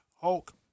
Hulk